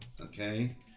Okay